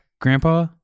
Grandpa